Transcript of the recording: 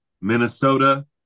Minnesota